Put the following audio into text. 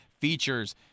features